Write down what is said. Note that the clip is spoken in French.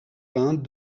vingts